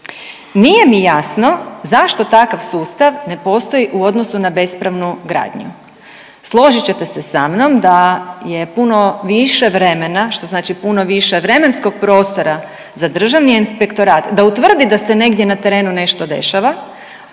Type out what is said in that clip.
Nije mi jasno zašto takav sustav ne postoji u odnosu na bespravnu gradnju. Složit ćete se sa mnom da je puno više vremena, što znači puno više vremenskog prostora za Državni inspektorat da utvrdi da se negdje na terenu nešto dešava,